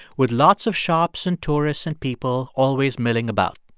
with lots of shops and tourists and people always milling about.